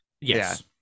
Yes